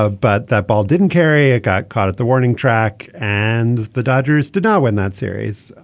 ah but that ball didn't carry it got caught at the warning track and the dodgers did not win that series.